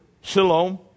Shalom